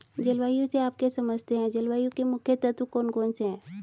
जलवायु से आप क्या समझते हैं जलवायु के मुख्य तत्व कौन कौन से हैं?